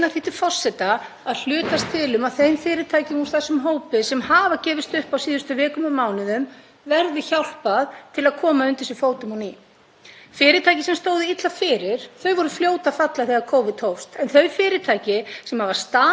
Fyrirtæki sem stóðu illa fyrir voru fljót að falla þegar Covid hófst en þau fyrirtæki sem hafa staðist álagið allan þennan tíma, í ár eða lengur, hljóta að vera vel rekin fyrirtæki þótt þau hafi ekki haft bolmagn til að þola algjört hrun í ferðaþjónustunni til langs tíma.